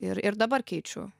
ir ir dabar keičiu